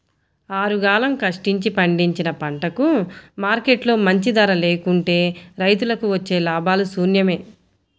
ఆరుగాలం కష్టించి పండించిన పంటకు మార్కెట్లో మంచి ధర లేకుంటే రైతులకు వచ్చే లాభాలు శూన్యమే